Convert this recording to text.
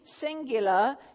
singular